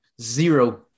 Zero